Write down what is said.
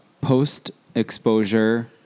Post-exposure